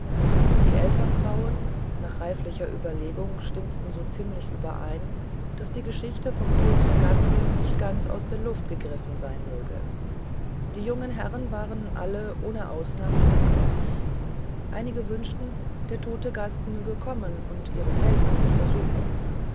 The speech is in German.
die ältern frauen nach reiflicher überlegung stimmten so ziemlich überein daß die geschichte vom toten gaste nicht ganz aus der luft gegriffen sein möge die jungen herren waren alle ohne ausnahme ungläubig einige wünschten der tote gast möge kommen und ihren heldenmut versuchen